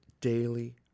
daily